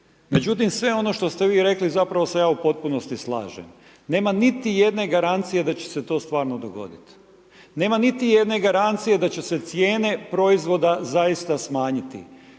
Međutim sve ono što ste vi rekli zapravo se ja u potpunosti slažem. Nema niti jedne garancije da će se to stvarno dogoditi. Nema niti jedne garancije da će cijene proizvoda zaista smanjiti.